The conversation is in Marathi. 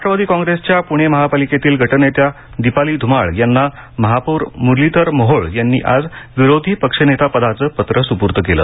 राष्ट्रवादी काँग्रेसच्या प्णे महापालिकेतील गटनेत्या दिपाली धुमाळ यांना महापौर मुरलीधर मोहोळ यांनी आज विरोधी पक्षनेता पदाचे पत्र सुपूर्द केलं